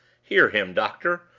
hear him, doctor!